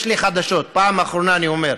יש לי חדשות: פעם אחרונה אני אומר: